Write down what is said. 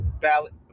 ballot